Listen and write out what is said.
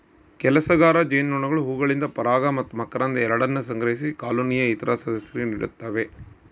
ಕೆಲಸಗಾರ ಜೇನುನೊಣಗಳು ಹೂವುಗಳಿಂದ ಪರಾಗ ಮತ್ತು ಮಕರಂದ ಎರಡನ್ನೂ ಸಂಗ್ರಹಿಸಿ ಕಾಲೋನಿಯ ಇತರ ಸದಸ್ಯರಿಗೆ ನೀಡುತ್ತವೆ